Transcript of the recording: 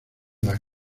las